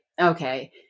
okay